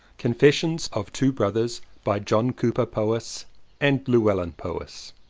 confessions of two brothers by john cowper powys and llewellyn powys